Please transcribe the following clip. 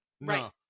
Right